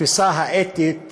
התפיסה האתית